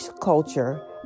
culture